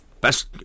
best